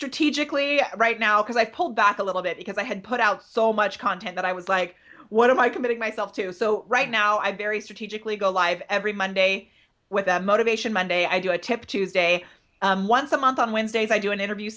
strategically right now because i pulled back a little bit because i had put out so much content that i was like what am i committing myself to so right now i very strategically go live every monday with that motivation monday i do a tip tuesday once a month on wednesdays i do an interview